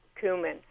cumin